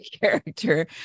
character